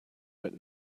but